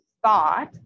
thought